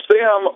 Sam